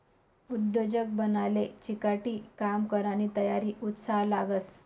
उद्योजक बनाले चिकाटी, काम करानी तयारी, उत्साह लागस